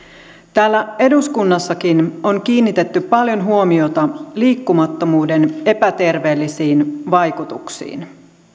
täällä eduskunnassakin on kiinnitetty paljon huomiota liikkumattomuuden epäterveellisiin vaikutuksiin